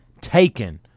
taken –